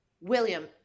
William